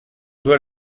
doit